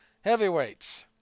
heavyweights